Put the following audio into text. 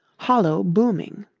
hollow booming.